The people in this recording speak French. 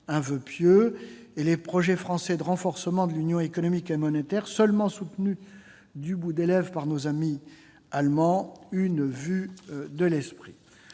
un voeu pieux, et les projets français de renforcement de l'Union économique et monétaire, seulement soutenus du bout des lèvres par nos amis allemands, une vue de l'esprit.